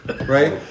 right